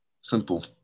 simple